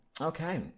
Okay